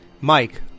Mike